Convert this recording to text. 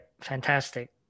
Fantastic